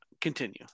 Continue